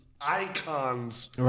icons